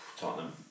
Tottenham